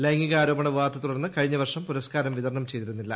ലൈംഗിക്ക ആരോപണ വിവാദത്തെ തുടർന്ന് കഴിഞ്ഞ വർഷം പുരസ്കാരം വിത്രുണ്ണം ചെയ്തിരുന്നില്ല